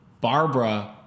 Barbara